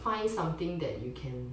find something that you can